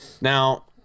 Now